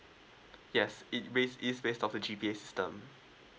yes it base is based of the G_P_A system